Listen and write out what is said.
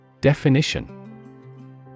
Definition